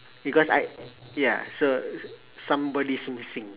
because I ya so somebody's missing